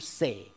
say